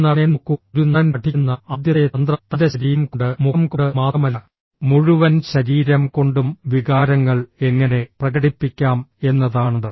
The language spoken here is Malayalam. ഒരു നടനെ നോക്കൂ ഒരു നടൻ പഠിക്കുന്ന ആദ്യത്തെ തന്ത്രം തൻ്റെ ശരീരം കൊണ്ട് മുഖം കൊണ്ട് മാത്രമല്ല മുഴുവൻ ശരീരം കൊണ്ടും വികാരങ്ങൾ എങ്ങനെ പ്രകടിപ്പിക്കാം എന്നതാണ്